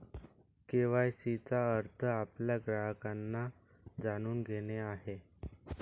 KYC चा अर्थ आपल्या ग्राहकांना जाणून घेणे आहे